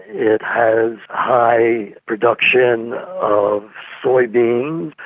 it has high production of soy beans,